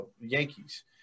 Yankees